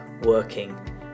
working